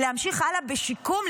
להמשיך הלאה בשיקום.